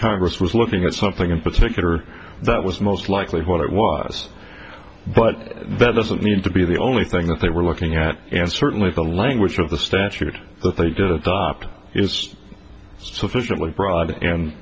congress was looking at something in particular that was most likely what it was but that doesn't mean to be the only thing that they were looking at and certainly the language of the statute that they did adopt is sufficiently broad and